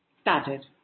Started